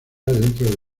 dentro